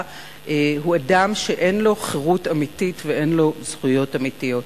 הוא אדם שאין לו חירות אמיתית ואין לו זכויות אמיתיות.